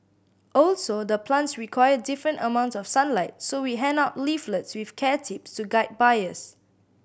also the plants require different amounts of sunlight so we hand out leaflets with care tips to guide buyers